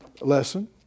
lesson